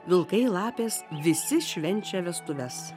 vilkai lapės visi švenčia vestuves